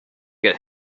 get